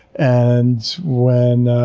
and when